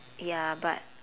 ya but